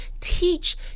teach